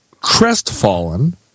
Crestfallen